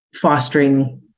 fostering